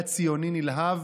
הוא היה ציוני נלהב